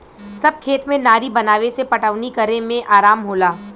सब खेत में नारी बनावे से पटवनी करे में आराम होला